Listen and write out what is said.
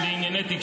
מאוד ליברלי.